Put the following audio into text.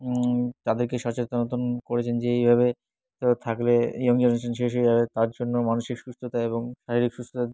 তাদেরকে সচেতন করে যে এইভাবে তারা থাকলে ইয়ং জেনারেশন শেষ হয়ে যাবে তার জন্য মানসিক সুস্থতা এবং শারীরিক সুস্থতা